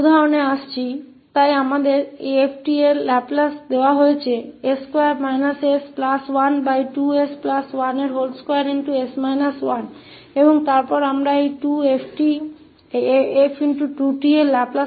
उदाहरणों पर आते हैं तो हमारे पास 𝑓𝑡 का लैपलेस s2 s12s12के रूप में दिया जाता है और फिर हम खोजना चाहते हैं 𝑓2𝑡 का लाप्लास